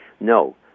No